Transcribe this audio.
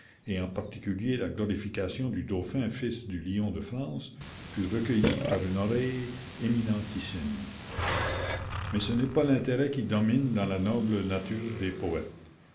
et en particulier la glorification du dauphin fils du lion de france fût recueillie par une oreille éminentissime mais ce n'est pas l'intérêt qui domine dans la noble nature